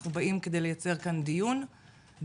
אנחנו באים כדי לייצר כאן דיון מאוזן,